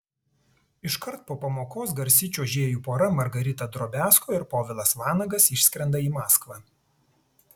iškart po pamokos garsi čiuožėjų pora margarita drobiazko ir povilas vanagas išskrenda į maskvą